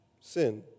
sin